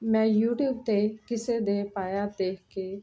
ਮੈਂ ਯੂਟੀਊਬ 'ਤੇ ਕਿਸੇ ਦੇ ਪਾਇਆ ਦੇਖ ਕੇ